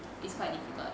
it's quite difficult